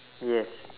yes